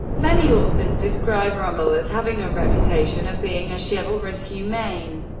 many authors describe rommel as having a reputation of being a chivalrous, humane,